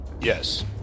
Yes